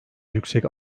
yüksek